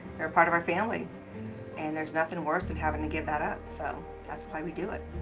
they're a part of our family and there's nothing worse than having to give that up, so that's why we do it.